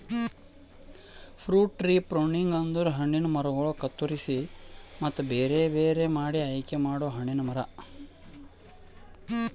fruit tree pruning ಅಂದುರ್ ಹಣ್ಣಿನ ಮರಗೊಳ್ ಕತ್ತುರಸಿ ಮತ್ತ ಬೇರೆ ಬೇರೆ ಮಾಡಿ ಆಯಿಕೆ ಮಾಡೊ ಹಣ್ಣಿನ ಮರ